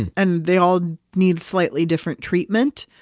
and and they all need slightly different treatment.